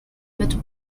mit